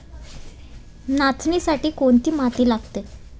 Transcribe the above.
नाचणीसाठी कोणती माती लागते?